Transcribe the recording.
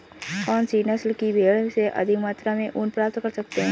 कौनसी नस्ल की भेड़ से अधिक मात्रा में ऊन प्राप्त कर सकते हैं?